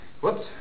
whoops